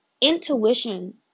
Intuition